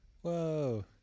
Whoa